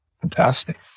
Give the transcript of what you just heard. fantastic